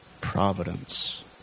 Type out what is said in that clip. providence